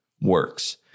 works